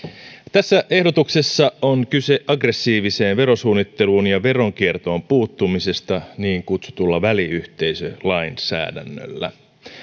tässä ehdotuksessa on kyse aggressiiviseen verosuunnitteluun ja veronkiertoon puuttumisesta niin kutsutulla väliyhteisölainsäädännöllä